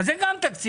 אז זה גם תקציב.